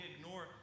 ignore